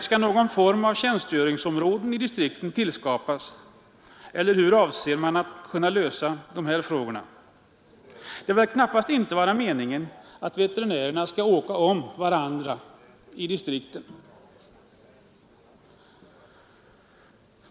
Skall någon form av tjänstgöringsområde skapas i dessa distrikt eller hur avser man att lösa denna fråga? Det kan knappast vara meningen att veterinärerna skall åka om varandra i distriktet.